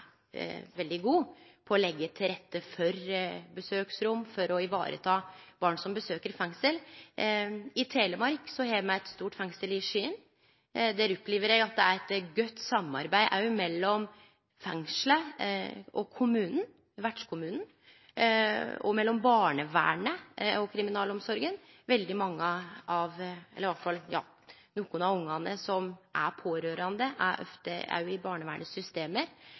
veldig god på å leggje til rette for besøksrom og å vareta barn som besøkjer fengsel. I Telemark har me eit stort fengsel i Skien. Der opplever eg at det er eit godt samarbeid mellom fengselet og vertskommunen og mellom barnevernet og kriminalomsorga. Nokre av ungane som er pårørande, er ofte inne i systemet til barnevernet,